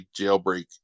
jailbreak